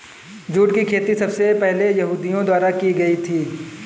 jute की खेती सबसे पहले यहूदियों द्वारा की गयी थी